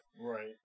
Right